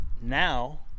now